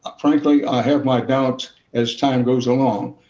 frankly, i have my doubts as time goes along.